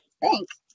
thanks